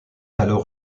alors